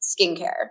skincare